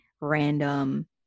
random